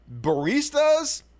baristas